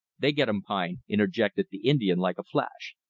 they gettum pine interjected the indian like a flash.